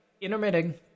intermittent